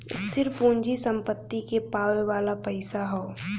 स्थिर पूँजी सम्पत्ति के पावे वाला पइसा हौ